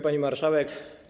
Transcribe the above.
Pani Marszałek!